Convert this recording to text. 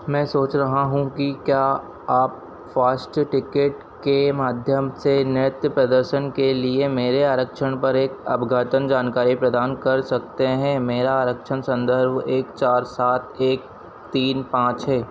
मैं सोच रहा हूँ कि क्या आप फ़ास्ट टिकेट के माध्यम से नृत्य प्रदर्शन के लिए मेरे आरक्षण पर एक अपघतन जानकारी प्रदान कर सकते हैं मेरा आरक्षण संदर्भ एक चार सात एक तीन पाँच है